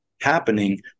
happening